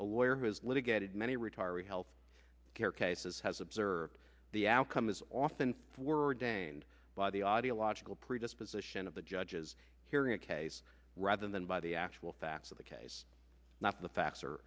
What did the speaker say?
has litigated many retiree health care cases has observed the outcome is often a word gained by the audiological predisposition of the judges hearing a case rather than by the actual facts of the case not the facts are